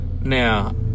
Now